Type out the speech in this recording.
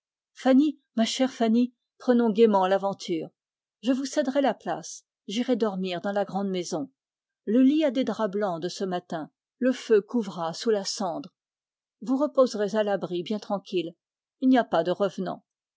prenons gaiement l'aventure je vous céderai la place j'irai dormir dans la grande maison le lit a des draps blancs de ce matin le feu couvera sous la cendre vous reposerez bien tranquille il n'y a pas de revenants